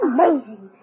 Amazing